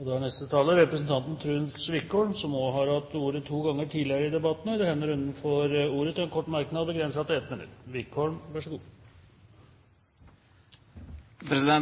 Representanten Truls Wickholm har også hatt ordet to ganger tidligere i debatten og får ordet til en kort merknad, begrenset til 1 minutt.